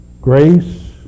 Grace